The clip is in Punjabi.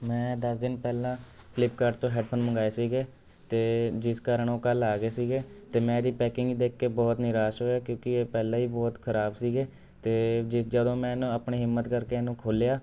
ਮੈਂ ਦਸ ਦਿਨ ਪਹਿਲਾਂ ਫਲਿੱਪਕਾਰਟ ਤੋਂ ਹੈੱਡਫ਼ੋਨ ਮੰਗਵਾਏ ਸੀਗੇ ਤਾਂ ਜਿਸ ਕਾਰਨ ਉਹ ਕੱਲ੍ਹ ਆ ਗਏ ਸੀਗੇ ਅਤੇ ਮੈਂ ਇਹਦੀ ਪੈਕਿੰਗ ਹੀ ਦੇਖ ਕੇ ਬਹੁਤ ਨਿਰਾਸ਼ ਹੋਇਆ ਕਿਉਂਕਿ ਇਹ ਪਹਿਲਾ ਹੀ ਬਹੁਤ ਖਰਾਬ ਸੀਗੇ ਅਤੇ ਜੀ ਜਦੋਂ ਮੈਂ ਇਹਨੂੰ ਆਪਣੀ ਹਿੰਮਤ ਕਰਕੇ ਇਹਨੂੰ ਖੋਲ੍ਹਿਆ